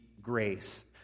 grace